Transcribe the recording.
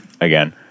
again